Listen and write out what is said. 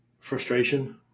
frustration